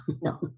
no